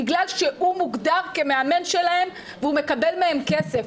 בגלל שהוא מוגדר כמאמן שלהם, והוא מקבל מהם כסף.